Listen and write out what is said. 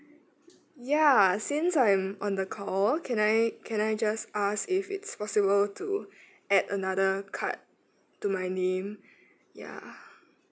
ya since I'm on the call can I can I just ask if it's possible to add another card to my name ya